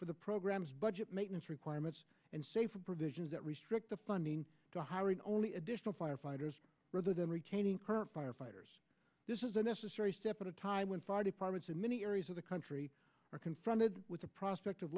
for the programs budget maintenance requirements and safer provisions that restrict the funding to hiring only additional firefighters rather than retaining current firefighters this is a necessary step at a time when fire departments in many areas of the country are confronted with the prospect of